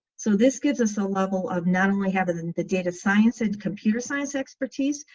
so this gives us a level of not only having the data science and computer science expertise,